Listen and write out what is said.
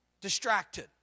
distracted